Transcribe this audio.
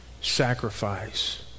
sacrifice